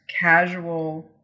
Casual